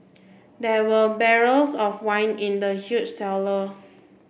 there were barrels of wine in the huge cellar